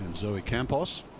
and zoe campos.